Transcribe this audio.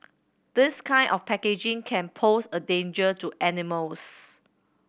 this kind of packaging can pose a danger to animals